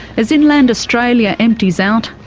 as inland australia empties out,